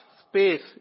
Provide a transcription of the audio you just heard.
space